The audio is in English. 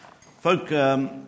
Folk